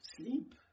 sleep